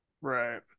Right